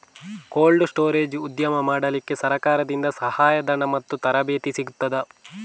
Cold storage ಉದ್ಯಮ ಮಾಡಲಿಕ್ಕೆ ಸರಕಾರದಿಂದ ಸಹಾಯ ಧನ ಮತ್ತು ತರಬೇತಿ ಸಿಗುತ್ತದಾ?